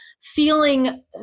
feeling